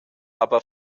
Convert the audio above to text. aber